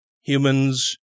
Humans